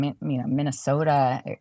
Minnesota